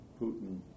Putin